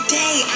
day